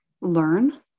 learn